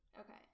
Okay